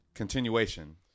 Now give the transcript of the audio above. Continuation